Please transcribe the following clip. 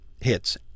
hits